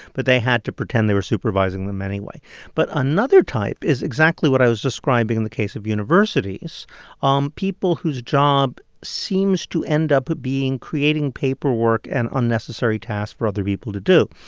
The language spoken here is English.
but they had to pretend they were supervising them anyway but another type is exactly what i was describing in the case of universities um people whose job seems to end up being creating paperwork and unnecessary tasks for other people to do.